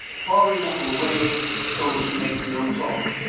far enough away so as to make no talk.